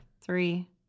Three